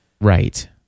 Right